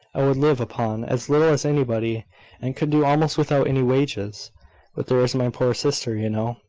i could live upon as little as anybody, and could do almost without any wages. but there is my poor sister, you know,